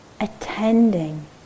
attending